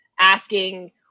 asking